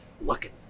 looking